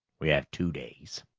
we have two days.